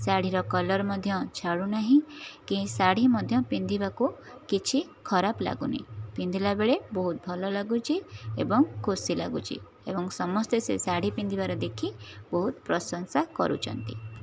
ଶାଢ଼ୀର କଲର୍ ମଧ୍ୟ ଛାଡ଼ୁ ନାହିଁ କି ଶାଢ଼ୀ ମଧ୍ୟ ପିନ୍ଧିବାକୁ କିଛି ଖରାପ ଲାଗୁନାହିଁ ପିନ୍ଧିଲା ବେଳେ ବହୁତ ଭଲ ଲାଗୁଛି ଏବଂ ଖୁସି ଲାଗୁଛି ଏବଂ ସମସ୍ତେ ସେ ଶାଢ଼ୀ ପିନ୍ଧିବାର ଦେଖି ବହୁତ ପ୍ରସଂଶା କରୁଛନ୍ତି